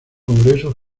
congreso